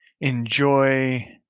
enjoy